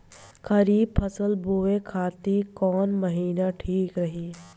खरिफ फसल बोए खातिर कवन महीना ठीक रही?